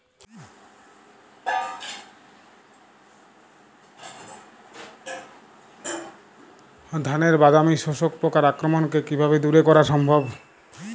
ধানের বাদামি শোষক পোকার আক্রমণকে কিভাবে দূরে করা সম্ভব?